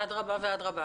אדרבה ואדרבה.